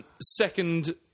Second